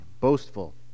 boastful